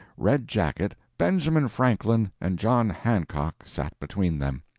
red jacket, benjamin franklin, and john hancock sat between them.